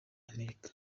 amerika